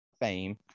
fame